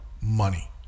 money